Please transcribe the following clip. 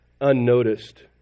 unnoticed